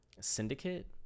syndicate